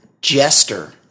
Jester